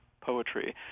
poetry